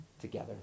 together